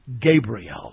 Gabriel